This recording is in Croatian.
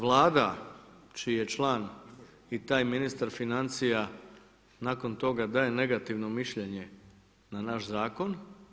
Vlada čiji je član i taj ministar financija nakon toga daje negativno mišljenje na naš zakon.